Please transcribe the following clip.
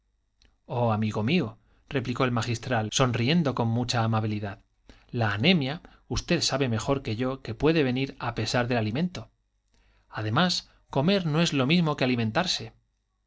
oh amigo mío replicó el magistral sonriendo con mucha amabilidad la anemia usted sabe mejor que yo que puede venir a pesar del alimento además comer no es lo mismo que alimentarse